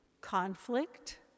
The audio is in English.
conflict